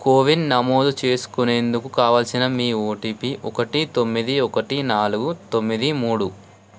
CoWIN నమోదు చేసుకునేందుకు కావలసిన మీ ఓటిపి ఒకటి తొమ్మిది ఒకటి నాలుగు తొమ్మిది మూడు